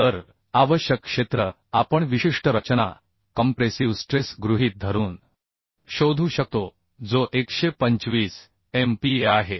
तर आवश्यक क्षेत्रफळ आपण विशिष्ट रचना कॉम्प्रेसिव स्ट्रेस गृहीत धरून शोधू शकतो जो 125 MPa आहे